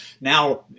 Now